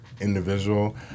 individual